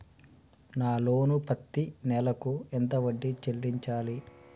నా లోను పత్తి నెల కు ఎంత వడ్డీ చెల్లించాలి?